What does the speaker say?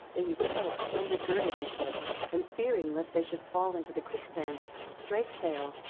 they used helps, undergirding the ship and, fearing lest they should fall into the quicksands, strake sail,